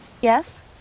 Yes